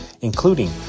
including